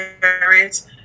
parents